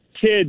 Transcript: Kids